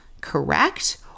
correct